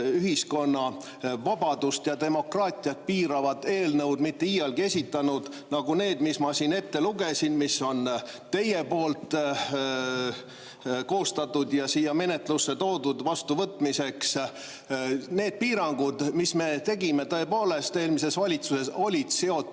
ühiskonna vabadust ja demokraatiat piiravat eelnõu nagu need, mis ma siin ette lugesin, mis on teie koostatud ja siia menetlusse toodud vastuvõtmiseks. Need piirangud, mis me tegime tõepoolest eelmises valitsuses, olid seotud